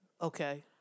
Okay